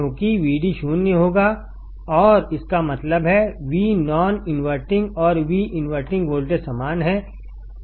क्योंकि Vd0 होगा और इसका मतलब है Vनॉन इनवर्टिंग और V इनवर्टिंग वोल्टेज समान हैं